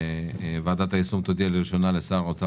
שוועדת היישום תודיע לראשונה לשר האוצר